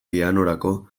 pianorako